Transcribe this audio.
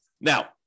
Now